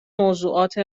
موضوعات